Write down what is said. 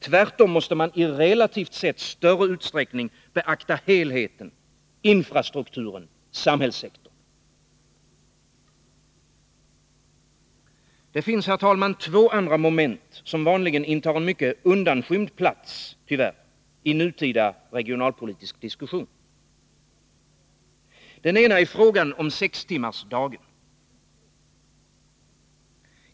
Tvärtom måste man i relativt större utsträckning beakta helheten, infrastrukturen, samhällssektorn. Det finns, herr talman, två andra moment som tyvärr vanligen intar en mycket undanskymd plats i nutida regionalpolitisk diskussion. Det ena är frågan om 6-timmarsdagen.